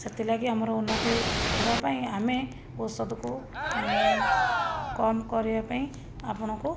ସେଥିଲାଗି ଆମର ଉନ୍ନତି ହେବା ପାଇଁ ଆମେ ଔଷଧକୁ କମ୍ କରିବା ପାଇଁ ଆପଣଙ୍କୁ